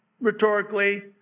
rhetorically